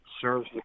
serves